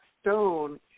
stone